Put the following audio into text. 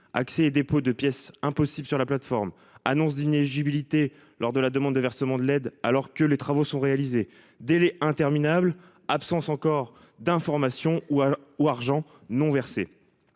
accès dépôt de pièces impossibles sur la plateforme annonce d'inéligibilité lors de la demande de versement de l'aide alors que les travaux sont réalisés délais interminables absence encore d'information ou ou argent non versé.